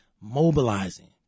mobilizing